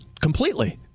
Completely